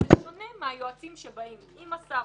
שונה מהיועצים שבאים עם השר,